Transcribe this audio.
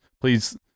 please